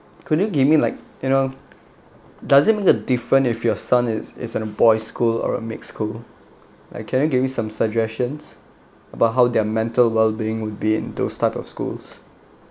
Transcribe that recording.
could you give me like you know does it mean the different if your son it's it's in boys school or a mix school like can you give me some suggestions about how their mental well being would be in those type of schools